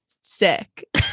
Sick